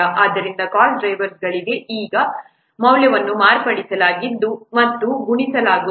ಆದ್ದರಿಂದ ಕಾಸ್ಟ್ ಡ್ರೈವರ್ರಿಗೆ ಈ ಮೌಲ್ಯಗಳನ್ನು ಮಾರ್ಪಡಿಸಲಾಗಿದೆ ಮತ್ತು ಗುಣಿಸಲಾಗುತ್ತದೆ